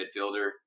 midfielder